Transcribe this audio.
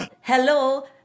hello